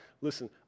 listen